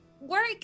work